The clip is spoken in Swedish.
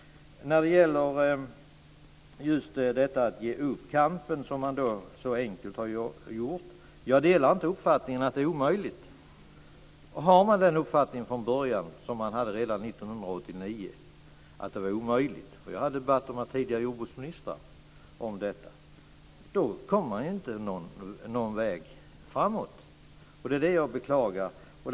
Så till detta med att ge upp kampen, som man så enkelt har gjort. Jag delar inte uppfattingen att det är omöjligt. Har man den uppfattingen från början som man hade redan 1989 att det var omöjligt - och jag har haft debatter med tidigare jordbruksministrar om detta - kommer man ju inte framåt. Det beklagar jag.